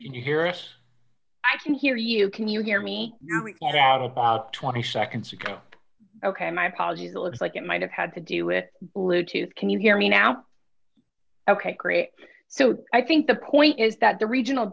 you hear us i can hear you can you hear me twenty seconds ago ok my apologies it looks like it might have had to do it bluetooth can you hear me now ok great so i think the point is that the regional